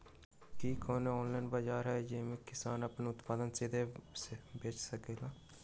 कि कोनो ऑनलाइन बाजार हइ जे में किसान अपन उत्पादन सीधे बेच सकलई ह?